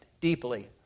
deeply